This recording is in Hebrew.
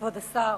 כבוד השר,